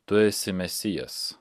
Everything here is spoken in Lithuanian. tu esi mesijas